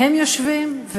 הם יושבים,